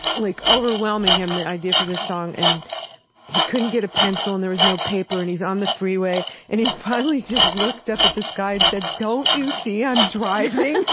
like overwhelming him, the idea for this song, and he couldn't get a pencil and there was no paper. and he's on the freeway and he finally just looked up at the sky and said, don't you see i'm driving?